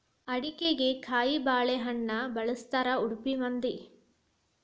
ಅಡಿಗಿಗೆ ಕಾಯಿಬಾಳೇಹಣ್ಣ ಬಳ್ಸತಾರಾ ಉಡುಪಿ ಮಂದಿ